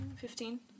Fifteen